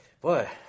boy